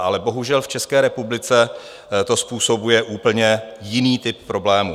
Ale bohužel v České republice to způsobuje úplně jiný typ problémů.